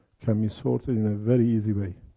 can be sorted in a very easy way.